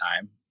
time